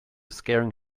scaring